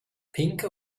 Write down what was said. pinke